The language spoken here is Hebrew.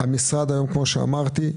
כמו שאמרתי,